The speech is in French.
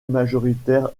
majoritaire